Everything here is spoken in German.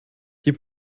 die